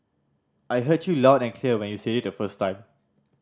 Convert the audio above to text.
I heard you loud and clear when you said it the first time